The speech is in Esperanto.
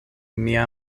mia